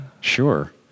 sure